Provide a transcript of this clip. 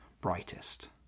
brightest